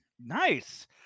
Nice